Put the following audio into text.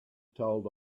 told